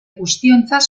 guztiontzat